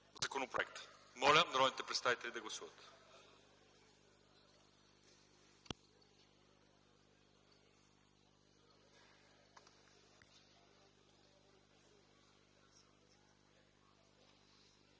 Моля народните представители да гласуват.